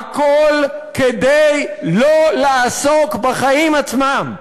הכול כדי לא לעסוק בחיים עצמם.